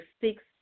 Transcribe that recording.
six